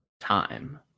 time